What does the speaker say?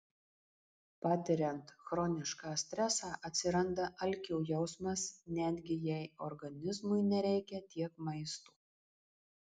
patiriant chronišką stresą atsiranda alkio jausmas netgi jei organizmui nereikia tiek maisto